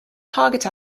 target